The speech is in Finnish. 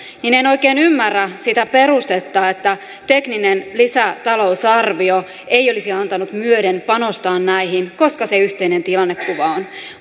niin en oikein ymmärrä sitä perustetta että tekninen lisätalousarvio ei olisi antanut myöden panostaa näihin koska se yhteinen tilannekuva on